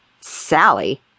Sally